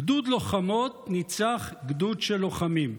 גדוד לוחמות ניצח גדוד של לוחמים.